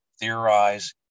theorize